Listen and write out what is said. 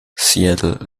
seattle